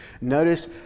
Notice